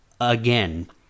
again